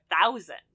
thousand